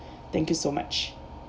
thank you so much